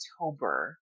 October